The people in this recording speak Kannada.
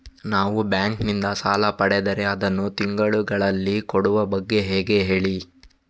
ನಾವು ಬ್ಯಾಂಕ್ ನಿಂದ ಸಾಲ ಪಡೆದರೆ ಅದನ್ನು ತಿಂಗಳುಗಳಲ್ಲಿ ಕೊಡುವ ಬಗ್ಗೆ ಹೇಗೆ ಹೇಳಿ